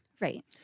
Right